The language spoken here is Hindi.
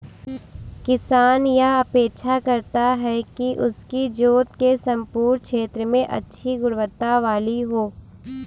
किसान यह अपेक्षा करता है कि उसकी जोत के सम्पूर्ण क्षेत्र में अच्छी गुणवत्ता वाली हो